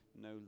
no